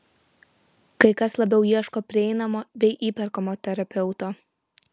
kai kas labiau ieško prieinamo bei įperkamo terapeuto